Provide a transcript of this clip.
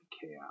chaos